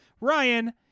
Ryan